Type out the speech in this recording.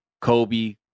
Kobe